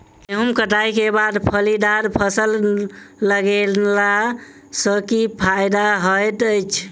गेंहूँ कटाई केँ बाद फलीदार फसल लगेला सँ की फायदा हएत अछि?